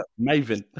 Maven